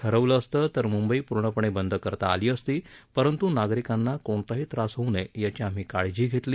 ठरवलं असतं तर मुंबई पूर्णपणे बंद करता आली असती परंतू नागरिकांना कोणताही त्रास होऊ नये याची आम्ही काळजी घेतली